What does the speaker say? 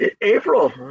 April